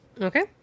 Okay